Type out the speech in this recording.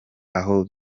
aho